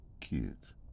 kids